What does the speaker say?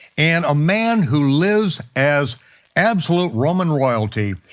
and a man who lives as absolute roman royalty,